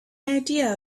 idea